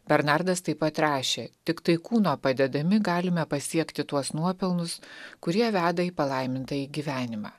bernardas taip pat rašė tiktai kūno padedami galime pasiekti tuos nuopelnus kurie veda į palaimintąjį gyvenimą